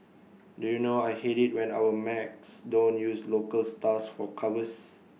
do you know I hate IT when our mags don't use local stars for covers